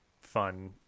fun